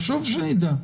חשוב שנדע.